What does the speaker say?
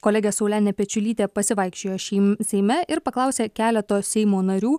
kolegė saulenė pečiulytė pasivaikščiojo šį seime ir paklausė keleto seimo narių